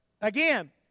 again